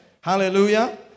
Hallelujah